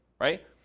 right